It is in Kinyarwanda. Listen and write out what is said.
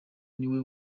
niwe